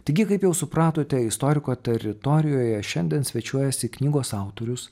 taigi kaip jau supratote istoriko teritorijoje šiandien svečiuojasi knygos autorius